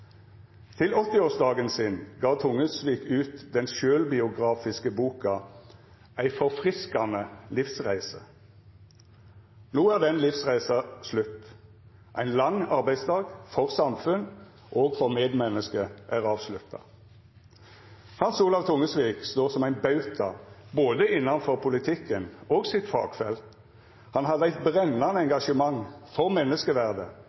Til 80-årsdagen sin gav Tungesvik ut den sjølvbiografiske boka «Ei forfriskande livsreis». No er den livsreisa slutt. Ein lang arbeidsdag for samfunn og for medmenneske er avslutta. Hans Olav Tungesvik står som ein bauta både innanfor politikken og sitt fagfelt. Han hadde eit brennande engasjement, for menneskeverdet,